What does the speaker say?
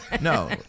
no